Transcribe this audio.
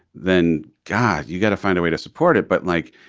then, god, you've got to find a way to support it. but like,